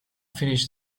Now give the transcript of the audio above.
finish